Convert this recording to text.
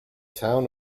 town